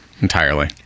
entirely